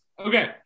Okay